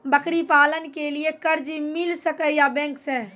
बकरी पालन के लिए कर्ज मिल सके या बैंक से?